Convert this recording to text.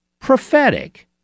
prophetic